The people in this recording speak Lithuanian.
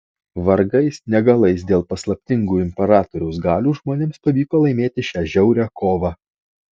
vargais negalais dėl paslaptingų imperatoriaus galių žmonėms pavyko laimėti šią žiaurią kovą